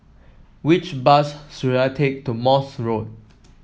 which bus should I take to Morse Road